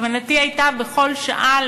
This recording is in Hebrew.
כוונתי הייתה שבכל שעה,